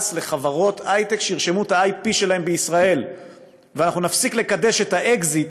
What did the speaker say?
לחברות היי-טק שירשמו את ה-IP שלהן בישראל ואנחנו נפסיק לקדש את האקזיט,